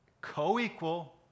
co-equal